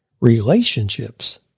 relationships